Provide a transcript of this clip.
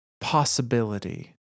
possibility